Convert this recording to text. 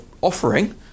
offering